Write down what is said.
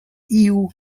iuj